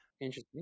Interesting